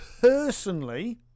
personally